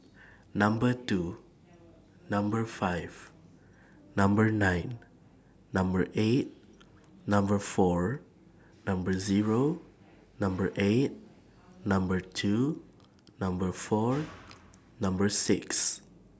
Number two Number five Number nine Number eight Number four Number Zero Number eight Number two Number four Number six